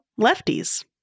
lefties